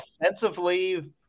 offensively